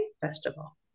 festival